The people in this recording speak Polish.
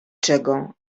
czego